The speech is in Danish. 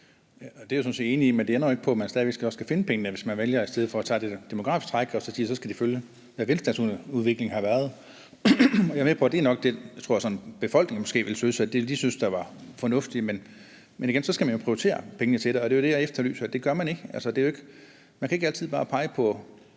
Det er jeg sådan set enig i, men det ændrer jo ikke på, at man stadig væk også skal finde pengene, hvis man i stedet for at tage det demografiske træk vælger at sige, at så skal det følge, hvad velstandsudviklingen har været. Og jeg er med på, at det nok er det, befolkningen måske vil synes er fornuftigt, men igen så skal man jo prioritere pengene til det. Og det er jo det, jeg efterlyser, for det gør man ikke. Man kan ikke altid bare pege på